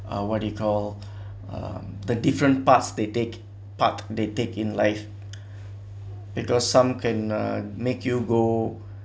uh what do you call um the different parts they take part they take in life because some can uh make you go